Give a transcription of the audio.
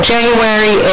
January